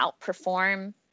outperform